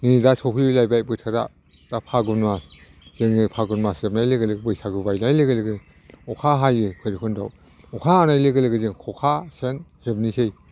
नै दा सफैलायबाय बोथोरा दा फागुन मास जोङो फागुन मास जोबनाय लोगो लोगो बैसागु बायनाय लोगो लोगो अखा हायो भैरबखुन्द'आव अखा हानाय लोगो लोगो जों खखा सेन हेबनोसै